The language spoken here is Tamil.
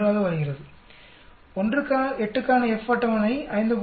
1 ஆக வருகிறது 1 8 க்கான F அட்டவணை 5